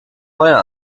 feuer